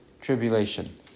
tribulation